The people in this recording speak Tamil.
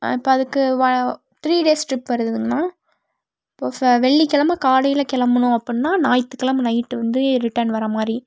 இப்போ அதுக்கு வா த்ரீ டேஸ் ட்ரிப் வருதுங்கண்ணா இப்போ ச வெள்ளிக்கிழம காலையில் கிளம்புனோம் அப்புடின்னா ஞாயித்துக்கிழம நைட்டு வந்து ரிட்டன் வரமாதிரி